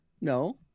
No